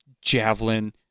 Javelin